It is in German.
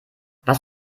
was